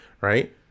right